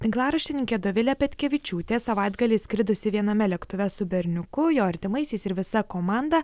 tinklaraštininkė dovilė petkevičiūtė savaitgalį skridusi viename lėktuve su berniuku jo artimaisiais ir visa komanda